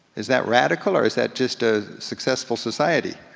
is that radical or is that just a successful society?